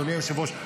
אדוני היושב-ראש,